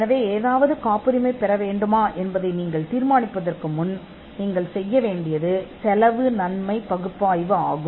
எனவே ஏதாவது காப்புரிமை பெற வேண்டுமா என்பதை நீங்கள் தீர்மானிப்பதற்கு முன் நீங்கள் செய்ய வேண்டிய செலவு நன்மை பகுப்பாய்வு உள்ளது